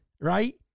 right